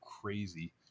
crazy